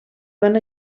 van